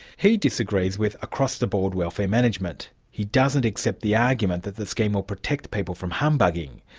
he disagrees with across-the-board welfare management. he doesn't accept the argument that the scheme will protect people from humbugging,